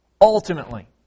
ultimately